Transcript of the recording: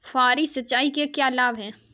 फुहारी सिंचाई के क्या लाभ हैं?